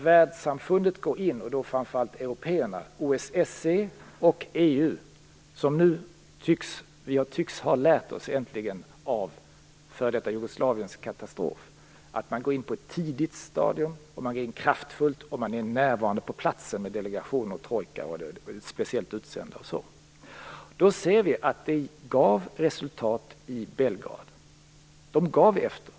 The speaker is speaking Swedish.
Världssamfundet går nu in - framför allt europeerna, OSSE och EU, som nu tycks ha lärt sig av katastrofen i f.d. Jugoslavien - på ett tidigt stadium, kraftfullt och är närvarande på platsen med delegationer, trojka, speciellt utsända m.fl. Vi såg att det gav resultat i Belgrad. De gav efter.